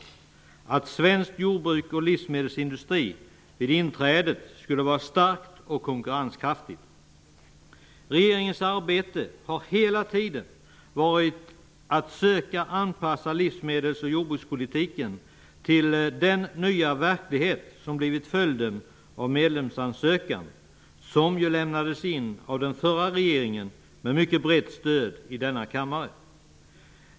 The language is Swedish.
Det slogs fast att svenskt jordbruk och svensk livsmedelsindustri skulle vara starkt och konkurrenskraftigt vid inträdet. Regeringens arbete har hela tiden varit att söka anpassa livsmedels och jordbrukspolitiken till den nya verklighet som blivit följden av vår medlemsansökan, som ju lämnades in av den förra regeringen, med mycket brett stöd i denna kammare.